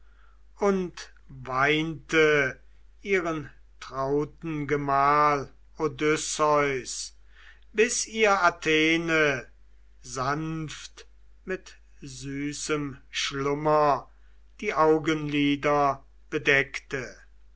und weinte ihren trauten gemahl odysseus bis ihr athene sanft mit süßem schlummer die augenlider bedeckte